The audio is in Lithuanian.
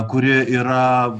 kuri yra